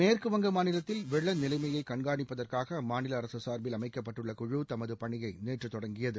மேற்கு வங்க மாநிலத்தில் வெள்ள நிலமையை கண்காணிப்பதற்காக அம்மாநில அரசு சார்பில் அமைக்கப்பட்டுள்ள குழு தமது பணியை நேற்று தொடங்கியது